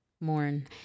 Mourn